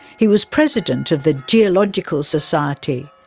he was president of the geological society.